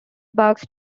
bugs